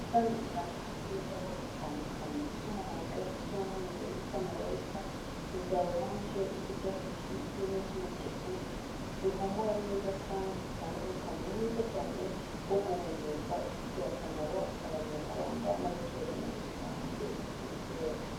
Ubusitani butandatu bw'indabo zitandukanye, iz'umuhondo, iz'umweruz, iz'amaroza iza oranje, iz'icyatsi kibisi, n'iz'umutuku ,zihumura neza kandi zitanga umwuka mwiza cyane wo guhumeka, ufitiye akamaro abanyarwanda n'abaturage muri rusange bisi yose.